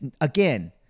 again